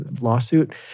lawsuit